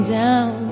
down